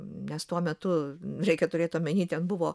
nes tuo metu reikia turėt omeny ten buvo